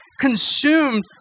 consumed